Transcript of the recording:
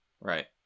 Right